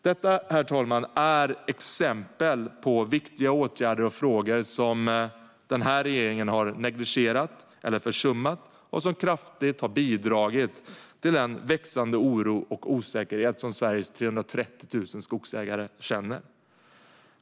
Detta, herr talman, är exempel på viktiga åtgärder och frågor som regeringen har negligerat eller försummat och som kraftigt har bidragit till den växande oro och osäkerhet som Sveriges 330 000 skogsägare känner.